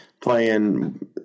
playing